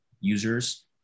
users